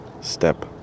step